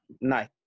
nice